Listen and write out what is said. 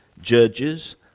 judges